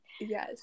yes